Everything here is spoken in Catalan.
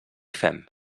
fem